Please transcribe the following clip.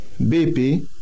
BP